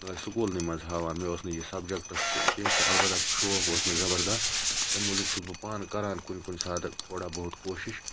نہَ ٲسۍ سُکولنٕے مَنٛز ہاوان مےٚ اوس نہٕ یہِ سَبجَکٹس تہِ کینٛہہ تہٕ اَلبَتہٕ شوق اوس مےٚ زَبَردَست تمہِ موجوب چھُس بہٕ پانہٕ کَران کُنہِ کُنہِ ساتہٕ تھوڑا بہت کوشِش